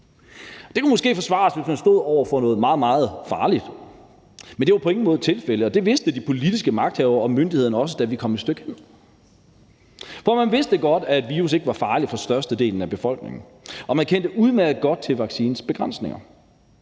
Det kunne måske forsvares, hvis man stod over for noget meget, meget farligt, men det var på ingen måde tilfældet, og det vidste de politiske magthavere og myndighederne også, da vi kom et stykke hen. For man vidste godt, at virusset ikke var farligt for størstedelen af befolkningen, man kendte udmærket godt til vaccinens begrænsninger,